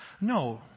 No